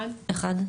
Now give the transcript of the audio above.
אחד.